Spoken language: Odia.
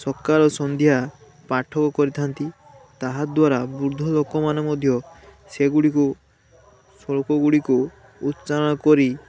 ସକାଳୁ ସନ୍ଧ୍ୟା ପାଠ କରିଥାନ୍ତି ତାହାଦ୍ୱାରା ବୃଦ୍ଧ ଲୋକମାନେ ମଧ୍ୟ ସେଗୁଡ଼ିକୁ ଶ୍ଳୋକ ଗୁଡ଼ିକୁ ଉଚ୍ଚାରଣ କରି